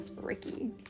ricky